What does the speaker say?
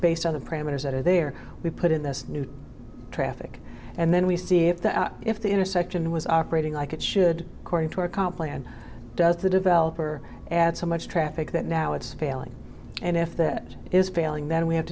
based other parameters that are there we put in this new traffic and then we see if the intersection was operating like it should cording to accomplish and does the developer add so much traffic that now it's failing and if that is failing then we have